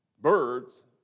Birds